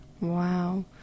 Wow